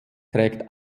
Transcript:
trägt